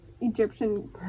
egyptian